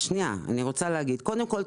קודם כל,